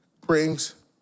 brings